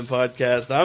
Podcast